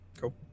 cool